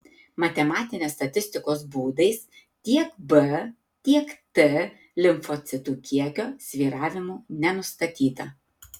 matematinės statistikos būdais tiek b tiek t limfocitų kiekio svyravimų nenustatyta